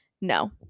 no